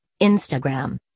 Instagram